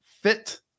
fit